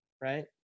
right